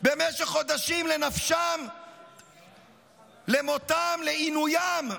במשך חודשים לנפשם, למותם, לעינוים,